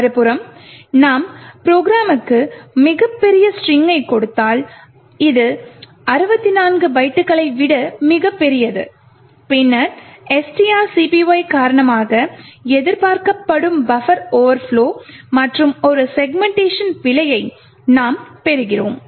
மறுபுறம் நாம் ப்ரோக்ராமுக்கு மிகப் பெரிய ஸ்ட்ரிங்கை கொடுத்தால் இது 64 பைட்டுகளை விட மிகப் பெரியது பின்னர் strcpy காரணமாக எதிர்பார்க்கப்படும் பஃபர் ஓவர்ப்லொ மற்றும் ஒரு செக்மென்ட்டேஷன் பிழையைப் நாம் பெறுகிறோம்